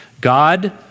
God